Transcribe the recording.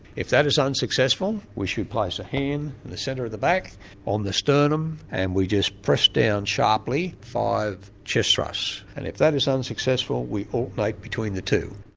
if that is unsuccessful we should place a hand in the centre of the back on the sternum and we just press down sharply five chest thrusts and if that is unsuccessful we alternate between the two.